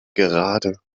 gerade